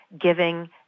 giving